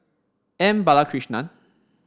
M Balakrishnan